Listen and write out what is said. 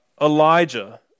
Elijah